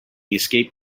escape